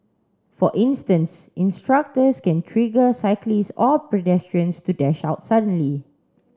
for instance instructors can trigger cyclists or pedestrians to dash out suddenly